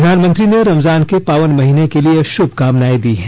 प्रधानमंत्री ने रमजान के पावन महीने के लिए शुभकामनाएं दी हैं